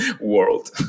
world